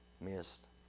missed